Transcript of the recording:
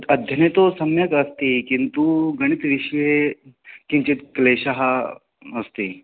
अध्ययने तु सम्यक् अस्ति किन्तु गणितविषये किञ्चिद् क्लेशः अस्ति